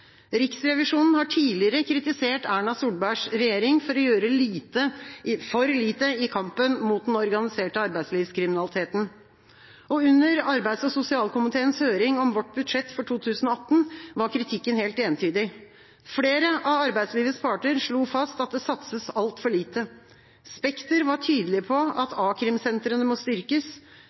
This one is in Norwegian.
Riksrevisjonen har tidligere kritisert Erna Solbergs regjering for å gjøre for lite i kampen mot den organiserte arbeidslivskriminaliteten. Under arbeids- og sosialkomiteens høring om vårt budsjett for 2018 var kritikken helt entydig. Flere av arbeidslivets parter slo fast at det satses altfor lite. Spekter var tydelige på at a-krimsentrene må styrkes,